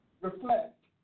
reflect